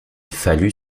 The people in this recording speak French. fallut